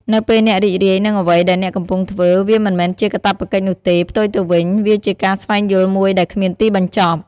នៅពេលអ្នករីករាយនឹងអ្វីដែលអ្នកកំពុងធ្វើ វាមិនមែនជាកាតព្វកិច្ចនោះទេ ផ្ទុយទៅវិញ វាជាការស្វែងយល់មួយដែលគ្មានទីបញ្ចប់។